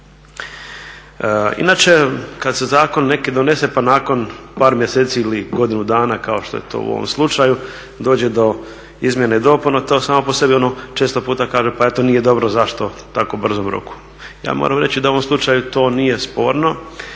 Inače kada se zakon neki donese pa nakon par mjeseci ili godinu dana kao što je to u ovom slučaju dođe do izmjena i dopuna to samo po sebi često puta kaže pa to nije dobro, zašto u tako brzom roku. Ja moram reći da u ovom slučaju to nije sporno,